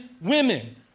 women